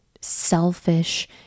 selfish